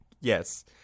Yes